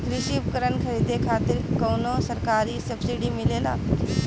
कृषी उपकरण खरीदे खातिर कउनो सरकारी सब्सीडी मिलेला की?